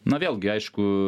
na vėlgi aišku